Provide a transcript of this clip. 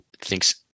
thinks